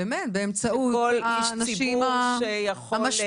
לכל איש ציבור שיכול --- באמת,